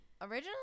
originally